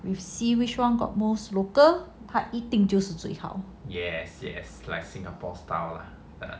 we see which one got most local park eating 他就是最好